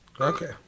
Okay